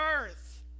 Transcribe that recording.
earth